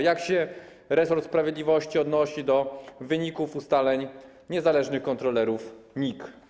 Jak się resort sprawiedliwości odnosi do wyników ustaleń niezależnych kontrolerów NIK?